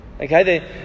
Okay